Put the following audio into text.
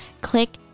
Click